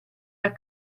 las